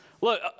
Look